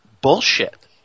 bullshit